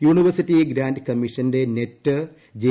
university grant കമ്മീഷന്റെ net J